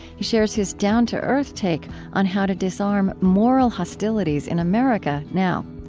he shares his down-to-earth take on how to disarm moral hostilities in america now.